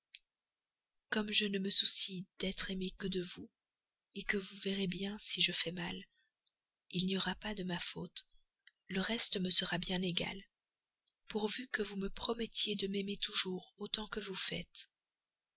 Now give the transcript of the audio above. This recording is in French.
comme je ne me soucie d'être aimée que de vous que vous verrez bien si je fais mal il n'y aura pas de ma faute le reste me sera bien égal pourvu que vous me promettiez de m'aimer toujours autant que vous faites